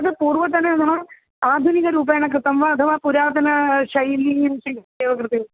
तत् पूर्वतनः आधुनिकरूपेण कृतं वा अथवा पुरातनशैलीं स्वीकृत्य एव कृतं